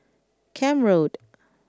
Camp Road